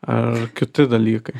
ar kiti dalykai